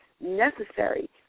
necessary